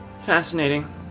fascinating